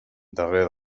darrere